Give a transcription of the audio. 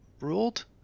ruled